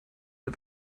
der